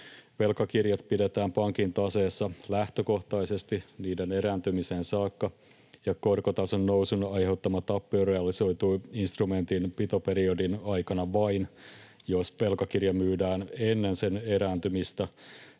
Velkakirjat pidetään pankin taseessa lähtökohtaisesti niiden erääntymiseen saakka, ja korkotason nousun aiheuttama tappio realisoituu instrumentin pitoperiodin aikana vain, jos velkakirja myydään ennen sen erääntymistä